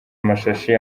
amashashi